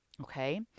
Okay